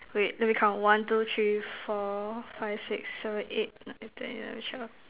great let me count one two three four five six seven eight nine ten eleven twelve